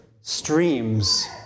streams